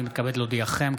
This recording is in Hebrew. אני מתכבד להודיעכם,